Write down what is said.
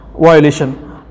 violation